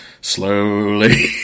slowly